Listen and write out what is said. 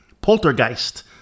Poltergeist